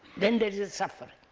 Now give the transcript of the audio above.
then there is the suffering,